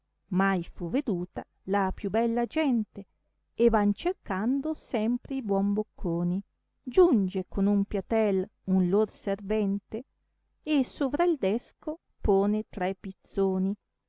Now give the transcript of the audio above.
mai fu veduta la più bella gente e van cercando sempre i buon bocconi giunge con un piatel un lor servente e sovra il desco pone tre pizzoni